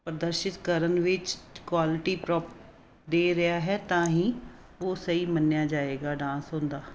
ਪ੍ਰਦਰਸ਼ਿਤ ਕਰਨ ਵਿੱਚ ਕੁਆਲਿਟੀ ਪ੍ਰੋਪ ਦੇ ਰਿਹਾ ਹੈ ਤਾਂ ਹੀ ਉਹ ਸਹੀ ਮੰਨਿਆ ਜਾਵੇਗਾ ਡਾਂਸ ਹੁੰਦਾ